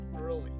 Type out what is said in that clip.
early